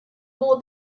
more